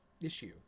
issue